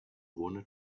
wanna